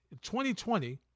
2020